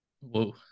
Whoa